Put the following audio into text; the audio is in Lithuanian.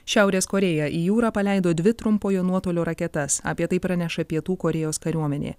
šiaurės korėja į jūrą paleido dvi trumpojo nuotolio raketas apie tai praneša pietų korėjos kariuomenė